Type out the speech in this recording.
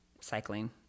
cycling